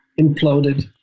imploded